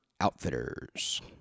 Outfitters